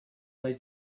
they